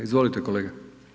Izvolite kolega.